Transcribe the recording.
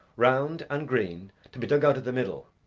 round and green, to be dug out of the middle,